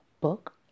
book